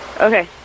Okay